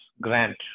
grant